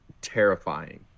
terrifying